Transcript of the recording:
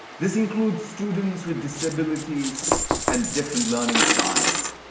this includes students with disabilities and different learning styles.